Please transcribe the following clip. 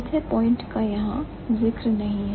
चौथे पॉइंट का यहां जिक्र नहीं है